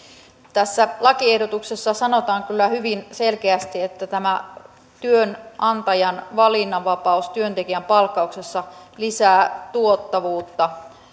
tässä lakiehdotuksessa sanotaan kyllä hyvin selkeästi että tämä työnantajan valinnanvapaus työntekijän palkkauksessa lisää tuottavuutta